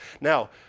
now